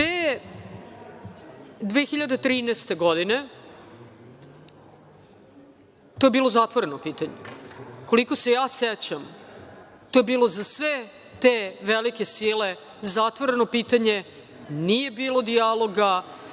2013. godine to je bilo zatvoreno pitanje. Koliko se ja sećam, to je bilo za sve te velike sile zatvoreno pitanje, nije bilo dijaloga,